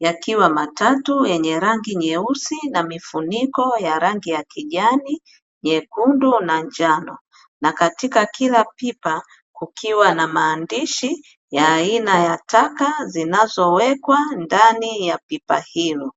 yakiwa matatu yenye rangi nyeusi na mifuniko ya rangi ya kijani, nyekundu na njano. Na katika kila pipa kukiwa na maandishi ya aina ya taka zinazowekwa ndani ya pipa hilo.